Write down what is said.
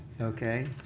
Okay